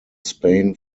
spain